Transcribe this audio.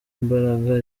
imbaraga